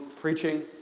preaching